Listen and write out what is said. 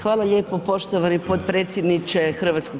Hvala lijepo poštovani potpredsjedniče HS.